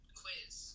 quiz